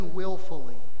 willfully